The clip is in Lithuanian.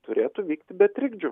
turėtų vykti be trikdžių